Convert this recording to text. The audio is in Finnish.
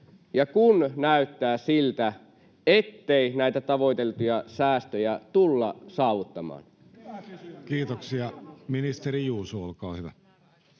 ja kun näyttää siltä, ettei näitä tavoiteltuja säästöjä tulla saavuttamaan? [Speech 48] Speaker: Jussi Halla-aho